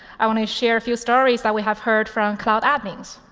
i want to share a few stories that we have heard from cloud admins.